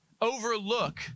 overlook